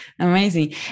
amazing